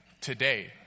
today